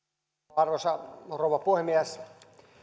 arvoisa rouva puhemies